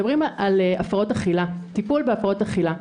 מדברים על טיפול בהפרעות אכילה.